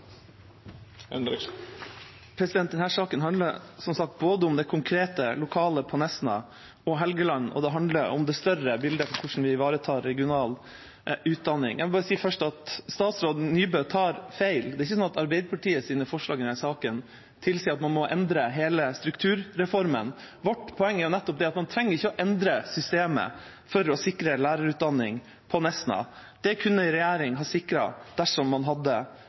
saken handler som sagt både om det konkrete, lokale på Nesna og Helgeland, og det handler om det større bildet for hvordan vi ivaretar regional utdanning. Jeg må bare først si at statsråd Nybø tar feil. Det er ikke sånn at Arbeiderpartiets forslag i denne saken tilsier at man må endre hele strukturreformen. Vårt poeng er nettopp det at man ikke trenger å endre systemet for å sikre lærerutdanning på Nesna. Det kunne en regjering ha sikret dersom man hadde